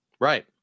Right